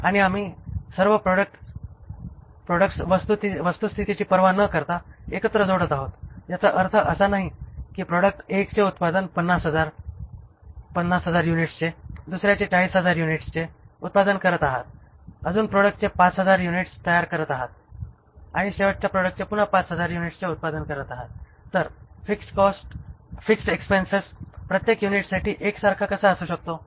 आणि आम्ही सर्व प्रॉडक्ट्स वस्तुस्थितीची पर्वा ना करता एकत्र जोडत आहोत याचा अर्थ असा नाही की प्रॉडक्ट 1चे उत्पादन 50000 युनिट्सचे दुसऱ्याचे 40000 युनिट्सचे उत्पादन करत आहात अजून प्रॉडक्टचे 5000 युनिट तयार करत आहात आणि शेवटच्या प्रॉडक्टचे पुन्हा 5000 युनिट्सचे उत्पादन करत आहात तर फिक्स्ड एक्सपेन्स प्रत्येक युनिटसाठी एकसारखा कसा असू शकतो